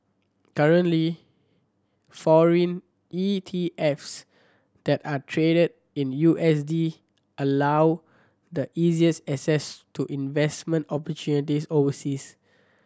currently foreign E T Fs that are traded in U S D allow the easiest access to investment opportunities overseas